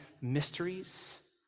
mysteries